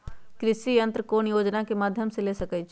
कृषि यंत्र कौन योजना के माध्यम से ले सकैछिए?